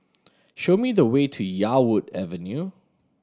show me the way to Yarwood Avenue